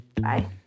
Bye